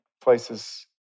places